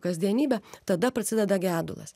kasdienybę tada prasideda gedulas